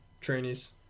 trainees